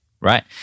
right